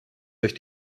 durch